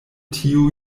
tiu